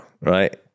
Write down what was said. right